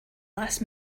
last